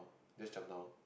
just jump down